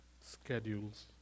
schedules